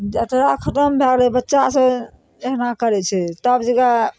जतरा खतम भए गेलय बच्चा सब एहना करय छै तब जकरा